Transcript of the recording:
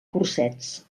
cursets